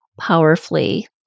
powerfully